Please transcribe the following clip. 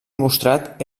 mostrat